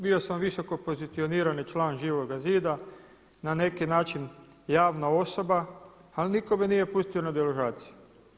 Bio sam visoko pozicionirani član Živoga zida na neki način javna osoba ali nitko me nije pustio na deložaciju.